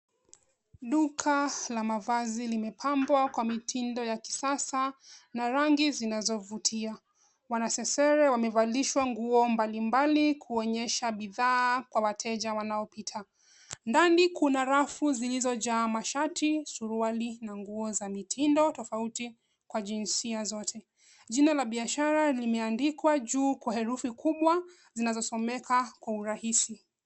Duka la mavazi limepambwa kwa mitindo ya kisasa na rangi zinazovutia. Wanasesere wamevalishwa nguo mbalimbali kuonyesha bidhaa kwa wateja wanaopita. Ndani kuna rafu zilizojaa mashati, suruali, na nguo za mitindo tofauti kwa jinsia zote. Jina la biashara limeandikwa juu kwa herufi kubwa zinazosomeka kwa urahisi.